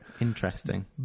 Interesting